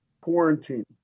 Quarantine